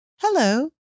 Hello